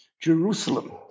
Jerusalem